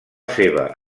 seva